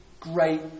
great